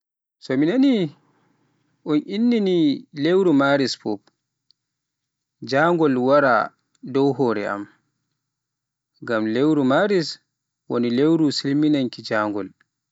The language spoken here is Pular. So mi nani un inni ni lewru Maris fuf, janngol wara dow hore am, ngam lewru Maris woni lewru silminaaki janngol.